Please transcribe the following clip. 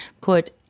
put